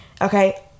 Okay